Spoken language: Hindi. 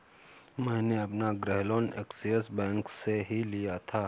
मैंने अपना गृह लोन ऐक्सिस बैंक से ही लिया था